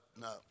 no